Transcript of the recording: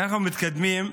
אנחנו מתקדמים.